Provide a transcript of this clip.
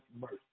mercy